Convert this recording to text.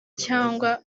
cyangwa